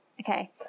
okay